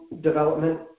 development